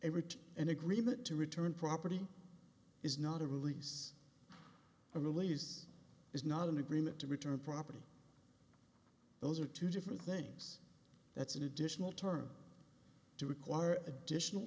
everet an agreement to return property is not a release a release is not an agreement to return a property those are two different things that's an additional term to require additional